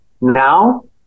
Now